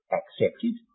accepted